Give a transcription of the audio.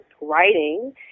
writing